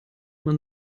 man